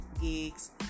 geeks